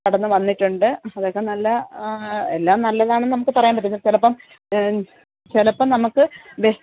കടന്ന് വന്നിട്ടുണ്ട് അതൊക്കെ നല്ല ആ എല്ലാം നല്ലതാണെന്ന് നമുക്ക് പറയാൻ പറ്റില്ല ചിലപ്പം ചിലപ്പം നമുക്ക് ദെ